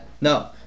No